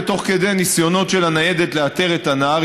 ותוך כדי ניסיונות של הניידת לאתר את הנער,